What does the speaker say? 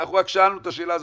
אנחנו רק שאלנו את השאלה הזאת.